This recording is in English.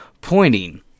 pointing